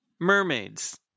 Mermaids